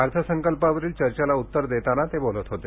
अर्थसंकल्पावरील चर्चेला उत्तर देताना ते बोलत होते